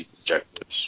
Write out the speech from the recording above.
objectives